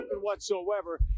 whatsoever